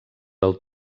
del